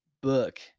book